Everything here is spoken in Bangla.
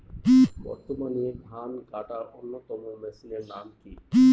বর্তমানে ধান কাটার অন্যতম মেশিনের নাম কি?